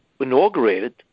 inaugurated